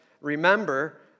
Remember